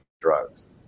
drugs